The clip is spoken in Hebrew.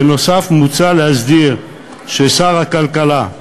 בנוסף מוצע להסדיר ששר הכלכלה,